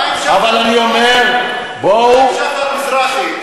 אבל אני אומר, מה עם שחר מזרחי,